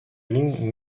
lynn